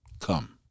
come